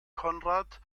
konrad